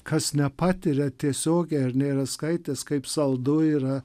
kas nepatiria tiesiogiai ar nėra skaitęs kaip saldu yra